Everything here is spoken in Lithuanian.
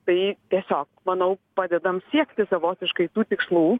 tai tiesiog manau padedam siekti savotiškai tų tikslų